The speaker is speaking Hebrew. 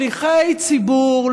שליחי ציבור,